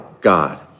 God